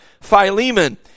Philemon